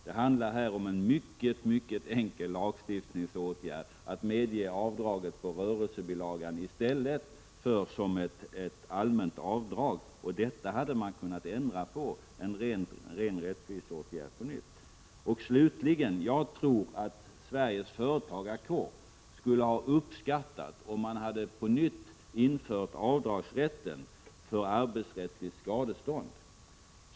Det handlar i det fallet om en mycket enkel lagstiftningsåtgärd: att medge avdraget på rörelsebilagan i stället för som ett allmänt avdrag. En sådan ändring hade, återigen, varit en ren rättviseåtgärd. Slutligen vill jag säga att jag tror att Sveriges företagarkår skulle ha uppskattat om man på nytt hade infört avdragsrätten för arbetsrättsligt skadestånd.